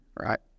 right